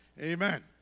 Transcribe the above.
Amen